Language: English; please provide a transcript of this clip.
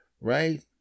right